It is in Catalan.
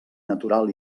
natural